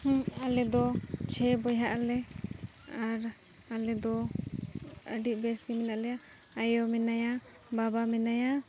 ᱦᱮᱸ ᱟᱞᱮᱫᱚ ᱪᱷᱚᱭ ᱵᱚᱭᱦᱟᱜ ᱟᱞᱮ ᱟᱨ ᱟᱞᱮᱫᱚ ᱟᱹᱰᱤ ᱵᱮᱥᱜᱮ ᱢᱮᱱᱟᱜ ᱞᱮᱭᱟ ᱟᱭᱳ ᱢᱮᱱᱟᱭᱟ ᱵᱟᱵᱟ ᱢᱮᱱᱟᱭᱟ